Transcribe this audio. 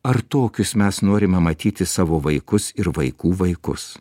ar tokius mes norime matyti savo vaikus ir vaikų vaikus